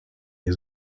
nie